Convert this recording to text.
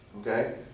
Okay